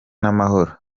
n’amahoro